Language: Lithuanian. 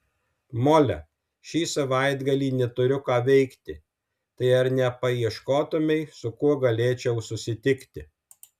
mole šį savaitgalį neturiu ką veikti tai ar nepaieškotumei su kuo galėčiau susitikti